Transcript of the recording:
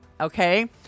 Okay